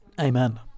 Amen